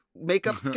makeup